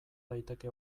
daiteke